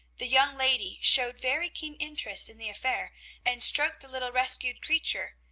the young lady showed very keen interest in the affair and stroked the little rescued creature,